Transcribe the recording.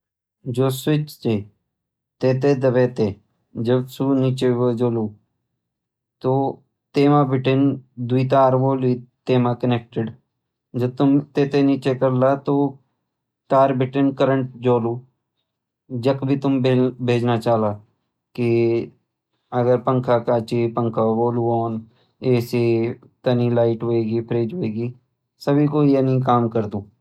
जो स्विच छ तै थैं दबै तैं जब स्विच नीचे होए जोलु तो तै म बटिन द्वी तार होंद तै म कनेक्टेड जै तुम तै थें नीचे करला तो तार बटिन करंट जोलु जख भी तुम भेजना चाला कि अगर पंखा का छ पंखा होल आॅन एसी तनी लाइट होएगी फ्रिज होएगी सभी को यनी काम करद।